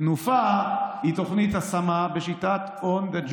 "תנופה" היא תוכנית השמה בשיטת on the job training,